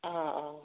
অঁ অঁ